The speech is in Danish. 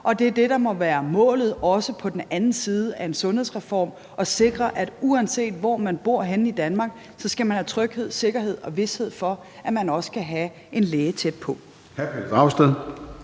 og det er det, der må være målet, også på den anden side af en sundhedsreform, altså at sikre, at uanset hvor man bor i Danmark, skal man have tryghed, sikkerhed og vished for, at man har en læge tæt på.